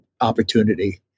opportunity